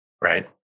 Right